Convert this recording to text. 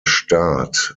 staat